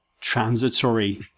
transitory